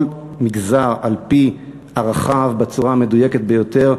כל מגזר על-פי ערכיו, בצורה המדויקת ביותר,